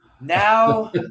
now